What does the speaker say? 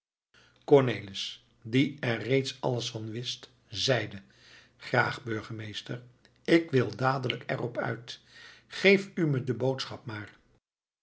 cornelis die er reeds alles van wist zeide graag burgemeester ik wil dadelijk er op uit geef u me de boodschap maar